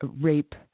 rape